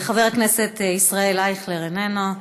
חבר הכנסת ישראל אייכלר, איננו.